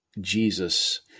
Jesus